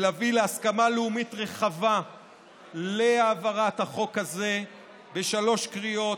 ולהביא להסכמה לאומית רחבה להעברת החוק הזה בשלוש קריאות,